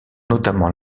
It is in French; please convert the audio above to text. notamment